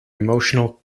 emotional